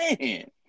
Man